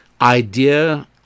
idea